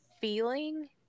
feeling